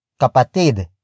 Kapatid